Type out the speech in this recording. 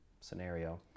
scenario